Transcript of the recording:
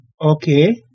okay